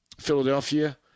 Philadelphia